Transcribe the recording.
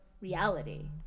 reality